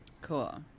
Cool